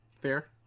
Fair